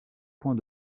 point